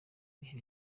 bihe